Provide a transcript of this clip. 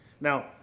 Now